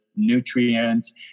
nutrients